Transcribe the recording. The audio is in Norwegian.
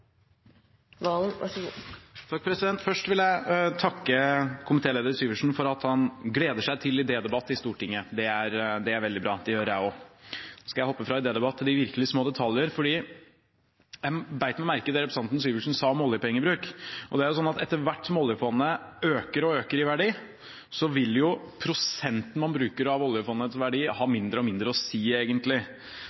Først vil jeg takke komitéleder Syversen for at han gleder seg til idédebatt i Stortinget. Det er veldig bra, det gjør jeg også. Så skal jeg hoppe fra idédebatt til de virkelig små detaljer. Jeg bet meg merke i det representanten Syversen sa om oljepengebruk. Etter hvert som oljefondet øker og øker i verdi, vil prosenten man bruker av oljefondets verdi,